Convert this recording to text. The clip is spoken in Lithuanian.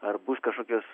ar bus kažkokios